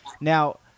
Now